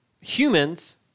humans